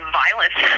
violence